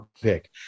pick